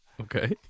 okay